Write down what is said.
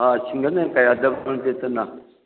ꯑꯥ ꯁꯤꯡꯒꯜꯅ ꯀꯌꯥ ꯗꯕꯜ ꯕꯦꯗꯇꯅ